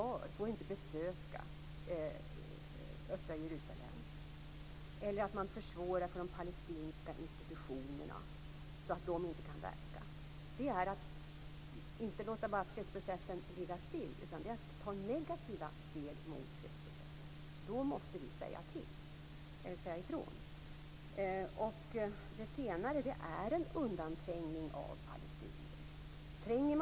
De får inte besöka östra Jerusalem. Man försvårar för de palestinska institutionerna att verka. Detta är inte bara att låta fredsprocessen ligga still, utan att ta negativa steg från fredsprocessen. Då måste vi säga ifrån. Det är fråga om en undanträngning av palestinier.